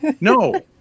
No